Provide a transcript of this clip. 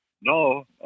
No